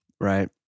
right